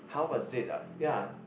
how was it ah ya